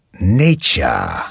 nature